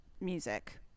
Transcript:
music